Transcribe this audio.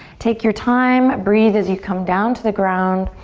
take your time, breathe as you come down to the ground.